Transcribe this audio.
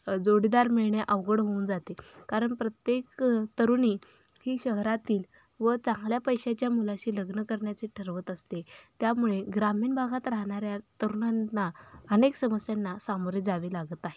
जोडीदार मिळणे अवघड होऊन जाते कारण प्रत्येक तरुणी ही शहरातील व चांगल्या पैशाच्या मुलाशी लग्न करण्याचे ठरवत असते त्यामुळे ग्रामीण भागात राहणाऱ्या तरुणांना अनेक समस्यांना सामोरे जावे लागत आहे